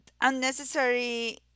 unnecessary